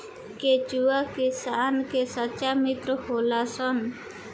केचुआ किसान के सच्चा मित्र होलऽ सन